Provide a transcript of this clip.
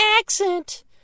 accent